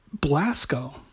Blasco